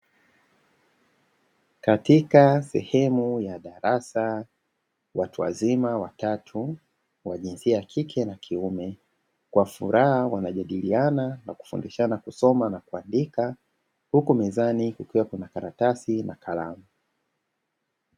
Katika sehemu ya darasa, watu wazima watatu wa jinsia ya kike na kiume kwa furaha wanajadiliana na kufundishana kusoma na kuandika huku mezani kukiwa kuna karatasi na kalamu.